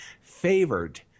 favored